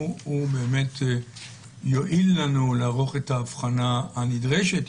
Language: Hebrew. באמת יואיל לנו לערוך את ההבחנה הנדרשת,